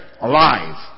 alive